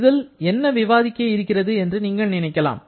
இதில் என்ன விவாதிக்க இருக்கிறது என்று நீங்கள் நினைக்கலாம்